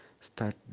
start